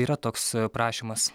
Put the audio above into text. yra toks prašymas